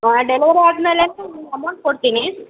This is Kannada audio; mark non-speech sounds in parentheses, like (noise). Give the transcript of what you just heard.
ಹಾಂ ಡೆಲಿವೆರಿ ಆದಮೇಲೆ (unintelligible) ಅಮೌಂಟ್ ಕೊಡ್ತೀನಿ